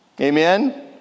Amen